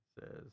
says